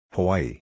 Hawaii